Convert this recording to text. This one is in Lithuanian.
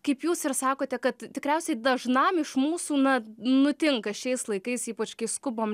kaip jūs ir sakote kad tikriausiai dažnam iš mūsų na nutinka šiais laikais ypač kai skubam